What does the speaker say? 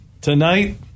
Tonight